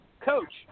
coach